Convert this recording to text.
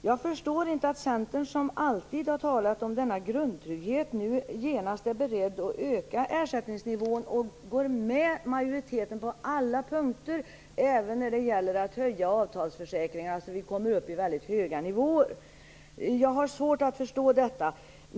Jag förstår inte att Centern, som alltid har talat om denna grundtrygghet nu genast är beredd att öka ersättningsnivån och går med på majoritetens förslag på alla punkter, även när det gäller att höja ersättningen från avtalsförsäkringar så att vi kommer upp i väldigt höga nivåer. Jag har svårt att förstå detta.